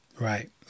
Right